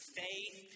faith